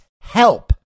help